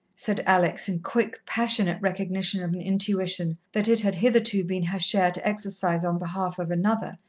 said alex, in quick, passionate recognition of an intuition that it had hitherto been her share to exercise on behalf of another,